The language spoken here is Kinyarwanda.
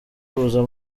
kuza